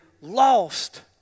lost